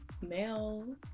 male